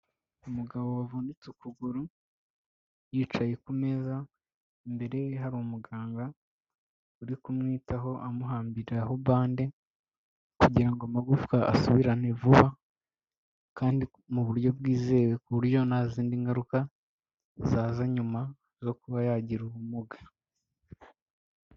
Umugabo wavunitse ukuguru yicaye ku meza imbere ye hari umuganga uri kumwitaho amuhambira aho bande, kugira ngo amagufwa asubirane vuba kandi mu buryo bwizewe ku buryo nta zindi ngaruka zaza nyuma zo kuba yagira ubumuga.